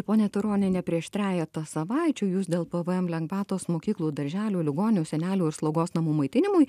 ponia turoniene prieš trejetą savaičių jūs dėl pvm lengvatos mokyklų darželių ligoninių senelių ir slaugos namų maitinimui